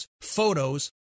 photos